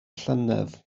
llynedd